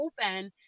open